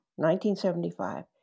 1975